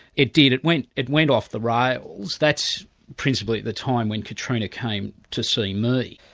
it did. it went it went off the rails. that's principally the time when katrina came to see me.